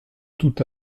tout